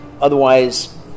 otherwise